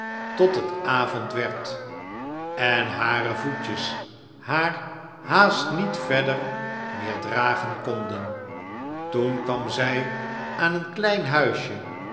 tot het avond werd en hare voetjes haar haast niet verder meer dragen konden toen kwam zij aan een klein huisje